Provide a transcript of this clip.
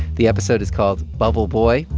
the episode is called bubble boy.